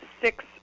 six